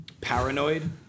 paranoid